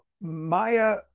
Maya